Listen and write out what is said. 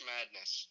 Madness